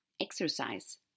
exercise